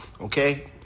Okay